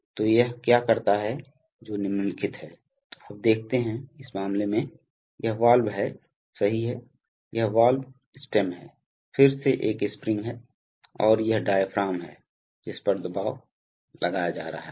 तो यह क्या करता है जो निम्नलिखित है आप देखते हैं इस मामले में यह वाल्व है सही है यह वाल्व स्टेम है फिर से एक स्प्रिंग है और यह डायाफ्राम है जिस पर दबाव सही लगाया जा रहा है